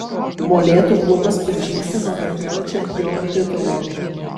molėtų klubas per žingsnį nuo rkl čempiono titulo